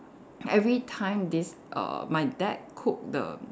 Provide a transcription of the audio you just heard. every time this err my dad cook the